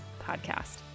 podcast